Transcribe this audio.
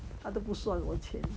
他都不算我钱